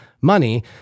money